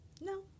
No